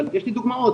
אבל יש לי דוגמאות,